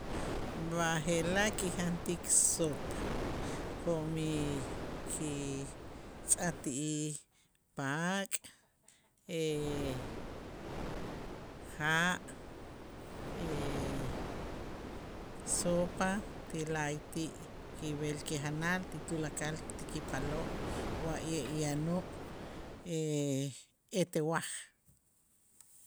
B'aje'laj kijantik sopa jo'mij kitz'ajti'ij p'ak ja' sopa ti la'ayti' kib'el kijanal ti tulakal ti kipaaloo' wa'ye' yanoo' etel waj.